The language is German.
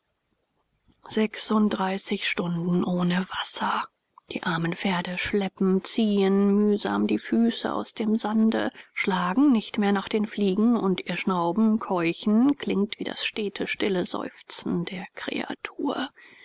sechsunddreißig stunden ohne wasser die armen pferde schleppen ziehen mühsam die füße aus dem sande schlagen nicht mehr nach den fliegen und ihr schnauben keuchen klingt wie das stete stille seufzen der kreatur